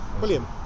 William